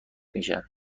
میشن